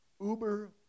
uber